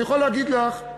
אני יכול להגיד לך,